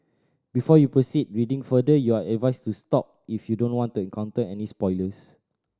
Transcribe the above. before you proceed reading further you are advised to stop if you don't want to encounter any spoilers